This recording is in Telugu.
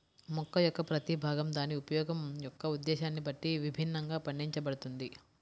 మొక్క యొక్క ప్రతి భాగం దాని ఉపయోగం యొక్క ఉద్దేశ్యాన్ని బట్టి విభిన్నంగా పండించబడుతుంది